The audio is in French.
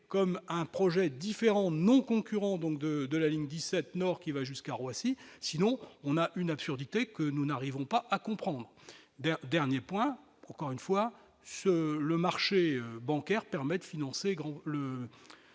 comme un projet différent, nos concurrents, donc de de la ligne 17 nord, qui va jusqu'à Roissy, sinon on a une absurdité que nous n'arrivons pas à comprendre, dernier point, encore une fois sur le marché bancaire permet de financer